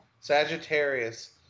Sagittarius